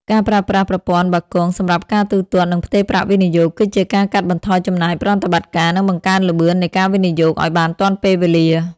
ការប្រើប្រាស់ប្រព័ន្ធបាគងសម្រាប់ការទូទាត់ និងផ្ទេរប្រាក់វិនិយោគ គឺជាការកាត់បន្ថយចំណាយប្រតិបត្តិការ និងបង្កើនល្បឿននៃការវិនិយោគឱ្យបានទាន់ពេលវេលា។